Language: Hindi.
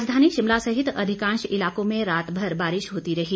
राजधानी शिमला सहित अधिकांश इलाकों में रातभर बारिश होती रही